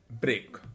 break